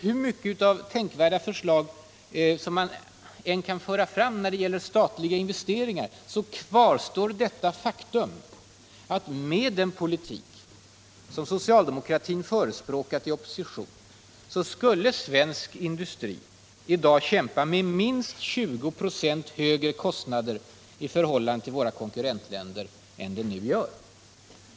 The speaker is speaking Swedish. Hur många tänkvärda förslag man än kan föra fram när det gäller statliga investeringar kvarstår ändå detta faktum, att med den politik som socialdemokratin har förespråkat i opposition skulle svensk industri i dag kämpa med minst 20 926 högre kostnader i förhållande till våra konkurrentländer än den nu gör.